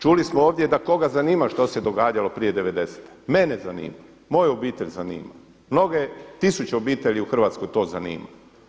Čuli smo ovdje da koga zanima što se događalo prije '90-te, mene zanima, moju obitelj zanima, mnoge, tisuće obitelji u Hrvatskoj to zanima.